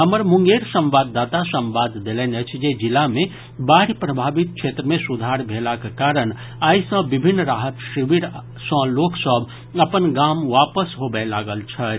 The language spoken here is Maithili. हमर मुंगेर संवाददाता संवाद देलनि अछि जे जिला मे बाढ़ि प्रभावित क्षेत्र मे सुधार भेलाक कारण आइ सँ विभिन्न राहत शिविर सँ लोक सभ अपन गाम वापस होबय लागल छथि